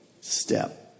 step